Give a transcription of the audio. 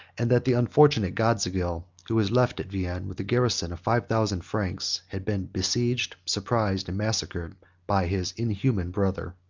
and that the unfortunate godegesil, who was left at vienna with a garrison of five thousand franks, had been besieged, surprised, and massacred by his inhuman brother.